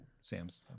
Sam's